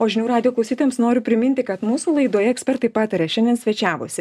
o žinių radijo klausytojams noriu priminti kad mūsų laidoje ekspertai pataria šiandien svečiavosi